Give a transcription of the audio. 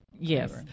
yes